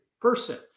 person